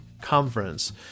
conference